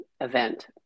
event